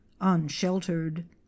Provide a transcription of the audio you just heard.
unsheltered